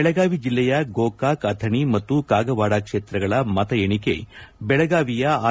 ಬೆಳಗಾವಿ ಜಲ್ಲೆಯ ಗೋಕಾಕ್ ಅಥಣಿ ಮತ್ತು ಕಾಗವಾಡ ಕ್ಷೇತ್ರಗಳ ಮತ ಎಣಿಕೆ ಬೆಳಗಾವಿಯ ಆರ್